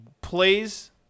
plays